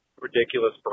ridiculous